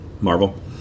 Marvel